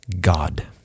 God